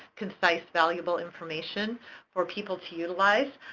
concise, valuable information for people to utilize.